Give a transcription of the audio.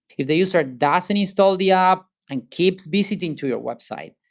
if the user doesn't install the app and keeps visiting to your website,